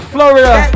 Florida